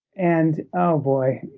and oh boy,